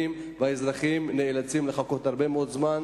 והאזרחים נאלצים לחכות הרבה מאוד זמן.